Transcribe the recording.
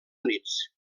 units